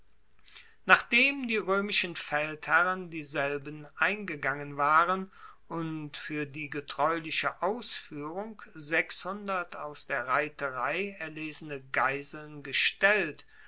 nachdem die roemischen feldherren dieselben eingegangen waren und fuer die getreuliche ausfuehrung sechshundert aus der reiterei erlesene geiseln gestellt